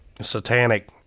satanic